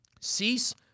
Cease